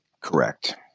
Correct